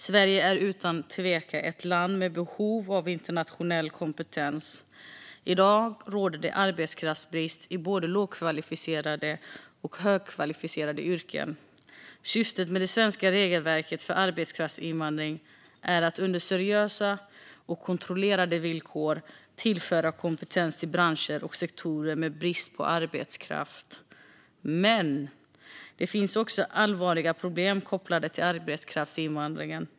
Sverige är utan tvekan ett land med behov av internationell kompetens. I dag råder det arbetskraftsbrist i både lågkvalificerade och högkvalificerade yrken. Syftet med det svenska regelverket för arbetskraftsinvandring är att, under seriösa och kontrollerade villkor, tillföra kompetens till branscher och sektorer med brist på arbetskraft. Men det finns också allvarliga problem kopplade till arbetskraftsinvandring.